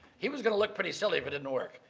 he was going to look pretty silly if it didn't work.